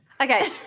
Okay